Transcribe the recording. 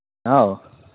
ꯍꯥꯎ